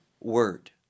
word